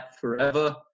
forever